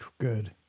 Good